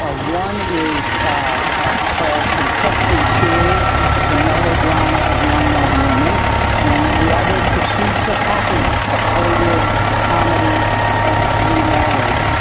ah one is called contesting tears the melodrama of the unknown woman and the other pursuits of happiness the hollywood comedy of remarriage.